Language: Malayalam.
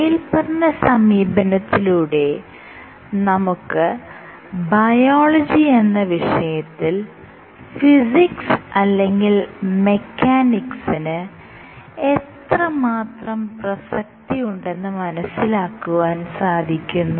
മേല്പറഞ്ഞ സമീപനത്തിലൂടെ നമുക്ക് ബയോളജി എന്ന വിഷയത്തിൽ ഫിസിക്സ് അല്ലെങ്കിൽ മെക്കാനിക്സിന് എത്രമാത്രം പ്രസ്കതിയുണ്ടെന്ന് മനസ്സിലാക്കാൻ സാധിക്കുന്നു